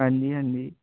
ਹਾਂਜੀ ਹਾਂਜੀ